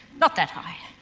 not that high.